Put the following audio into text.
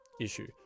issue